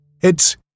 It's